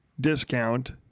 discount